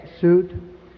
suit